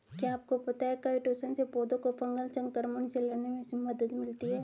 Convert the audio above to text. क्या आपको पता है काइटोसन से पौधों को फंगल संक्रमण से लड़ने में मदद मिलती है?